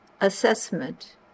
assessment